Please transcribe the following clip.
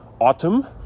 autumn